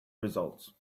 results